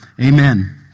Amen